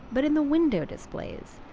but in the window displays.